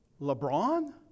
LeBron